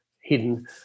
hidden